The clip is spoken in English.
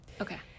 Okay